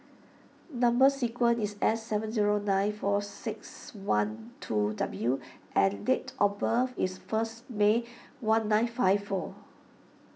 Number Sequence is S seven zero nine four six one two W and date of birth is first May one nine five four